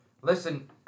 listen